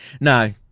No